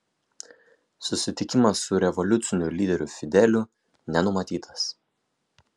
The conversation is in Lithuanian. susitikimas su revoliuciniu lyderiu fideliu nenumatytas